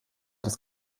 das